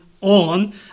on